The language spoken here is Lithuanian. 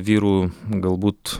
vyrų galbūt